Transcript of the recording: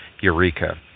Eureka